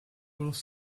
both